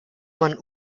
man